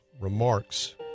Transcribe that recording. remarks